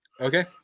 Okay